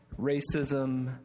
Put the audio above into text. racism